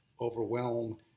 overwhelm